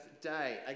day